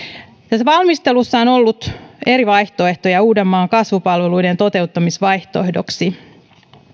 tässä valmistelussa on ollut eri vaihtoehtoja uudenmaan kasvupalveluiden toteuttamisvaihtoehdoiksi